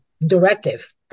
directive